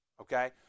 okay